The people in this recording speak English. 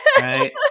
right